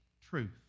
truth